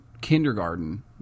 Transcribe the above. kindergarten